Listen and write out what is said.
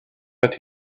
but